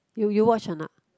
you you watch or not